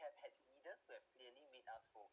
have had to leaders where clearly made up for